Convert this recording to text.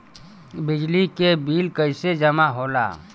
बिजली के बिल कैसे जमा होला?